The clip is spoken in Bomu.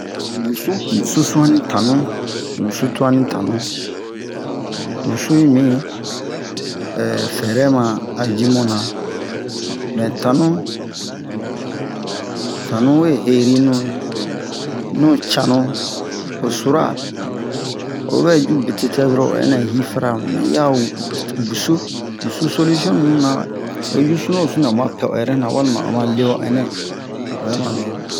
wusu wusu su'anni tanu wusu su'anni tanu wusu yi min fɛrɛ ma a ji muna mɛ tanu tanu we heri nu nu cannu o sura oyi ɓɛ ju be tete'a dɔron hɛnɛ hi fara mu mɛ yi a wu-wusu wusu solution min muna oyi sunu-wo-sunu nɛ ama pɛ o yɛrɛna walima obɛ ma bere